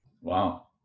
Wow